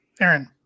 Aaron